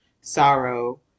sorrow